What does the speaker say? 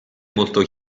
molto